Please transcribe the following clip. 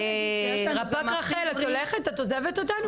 רפ"ק רחל את עוזבת אותנו?